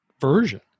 version